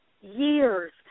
years